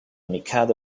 mikado